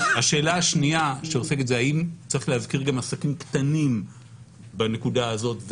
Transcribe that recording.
השאלה השנייה היא האם צריך גם להזכיר עסקים קטנים בנקודה הזאת.